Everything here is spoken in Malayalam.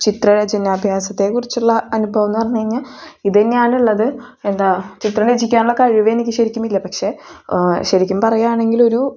ചിത്രരചനാഭ്യാസത്തെ കുറിച്ചുള്ള അനുഭവമെന്ന് പറഞ്ഞ്കഴിഞ്ഞാൽ ഇതന്നെയാണ് ഉള്ളത് എന്താ ചിത്രം രചിക്കാനുള്ള കഴിവ് എനിക്ക് ശരിക്കും ഇല്ല പക്ഷെ ശരിക്കും പറയാണെങ്കിൽ ഒരു